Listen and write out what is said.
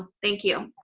thank you.